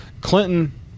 Clinton